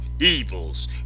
evils